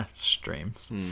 Streams